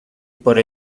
por